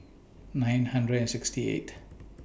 nine hundred sixty eighth